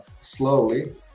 slowly